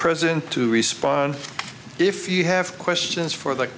president to respond if you have questions for